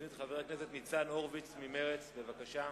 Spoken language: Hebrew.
חבר הכנסת ניצן הורוביץ ממרצ, בבקשה.